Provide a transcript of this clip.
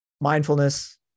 mindfulness